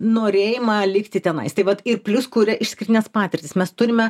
norėjimą likti tenais tai vat ir plius kuria išskirtines patirtis mes turime